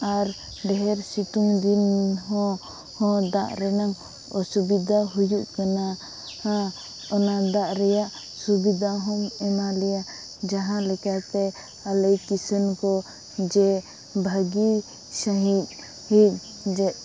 ᱟᱨ ᱰᱷᱮᱨ ᱥᱤᱛᱩᱝ ᱫᱤᱱ ᱦᱚᱸ ᱦᱚᱸ ᱫᱟᱜ ᱨᱮᱱᱟᱝ ᱚᱥᱩᱵᱤᱫᱷᱟ ᱦᱩᱭᱩᱜ ᱠᱟᱱᱟ ᱦᱟᱸ ᱚᱱᱟ ᱫᱟᱜ ᱨᱮᱭᱟᱜ ᱥᱩᱵᱤᱫᱷᱟ ᱦᱚᱸᱢ ᱮᱢᱟ ᱞᱮᱭᱟ ᱡᱟᱦᱟᱸ ᱞᱮᱠᱟᱛᱮ ᱟᱞᱮ ᱠᱤᱥᱟᱹᱱ ᱠᱚ ᱡᱮ ᱵᱷᱟᱹᱜᱤ ᱥᱟᱸᱦᱤᱡ ᱦᱮᱡ ᱡᱮ